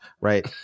right